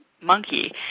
monkey